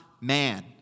man